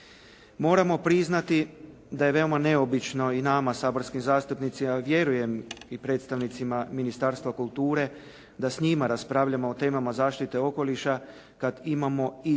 Moramo priznati da je veoma neobično i nama saborskim zastupnicima, a vjerujem i predstavnicima Ministarstva kulture da s njima raspravljamo o temama zaštite okoliša kada imamo i